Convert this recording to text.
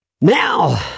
Now